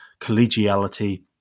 collegiality